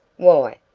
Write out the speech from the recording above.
why,